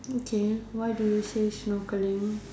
okay why do you say snorkeling